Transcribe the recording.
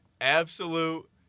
absolute